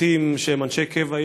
שופטים שהם אנשי קבע,